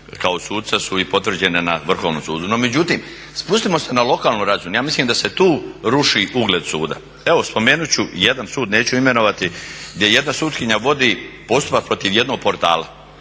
kao suca su i potvrđene na Vrhovnom sudu. No međutim, spustimo se na lokalnu razinu, ja mislim da se tu ruši ugled suda. Evo spomenut ću jedan sud, neću imenovati, gdje jedna sutkinja vodi postupak protiv jednog portala